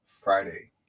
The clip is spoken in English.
Friday